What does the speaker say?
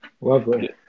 lovely